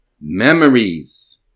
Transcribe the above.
memories